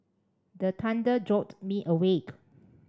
the thunder jolt me awake